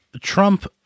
Trump